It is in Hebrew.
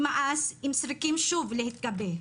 האם צריכים שוב להתחבא.